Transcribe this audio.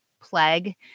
plague